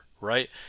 right